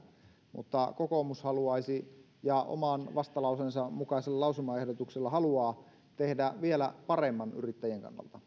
mutta kokoomus haluaisi ja oman vastalauseensa mukaisella lausumaehdotuksella haluaa tehdä yrittäjien kannalta